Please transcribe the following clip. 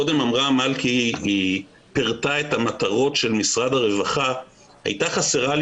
קודם מלכי פירטה את המטרות של משרד הרווחה והייתה חסרה לי